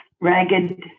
ragged